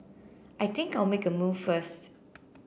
I think I'll make a move first